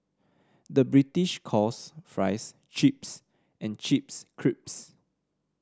the British calls fries chips and chips